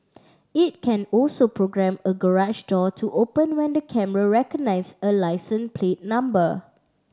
it can also programme a garage door to open when the camera recognise a license plate number